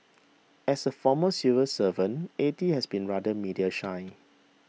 as a former civil servant A T has been rather media shy